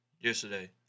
yesterday